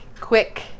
quick